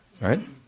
Right